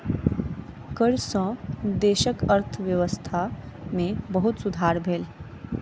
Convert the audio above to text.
कर सॅ देशक अर्थव्यवस्था में बहुत सुधार भेल